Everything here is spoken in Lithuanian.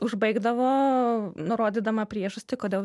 užbaigdavo nurodydama priežastį kodėl